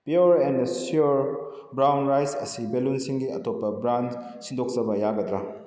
pure and sure brown rice ꯑꯁꯤ ꯕꯦꯂꯨꯟꯁꯤꯡꯒꯤ ꯑꯇꯣꯞꯄ ꯕ꯭ꯔꯥꯟ ꯁꯤꯟꯗꯣꯛꯆꯕ ꯌꯥꯒꯗ꯭ꯔꯥ